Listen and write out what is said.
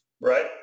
Right